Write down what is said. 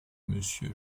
monsieur